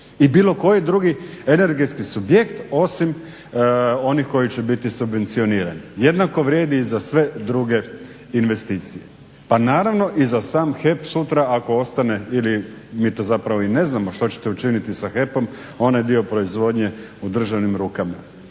I bilo koji drugi energetski subjekt osim onih koji će biti subvencionirani. Jednako vrijedi i za sve druge investicije. Pa naravno i za sam HEP sutra ako ostane ili mi to zapravo i ne znamo što ćete učiniti sa HEP-om onaj dio proizvodnje u državnim rukama.